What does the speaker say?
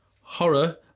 horror